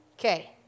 Okay